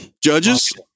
judges